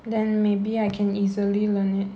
then maybe I can easily learn it